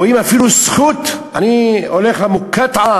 רואים בזה אפילו זכות: אני הולך למוקטעה.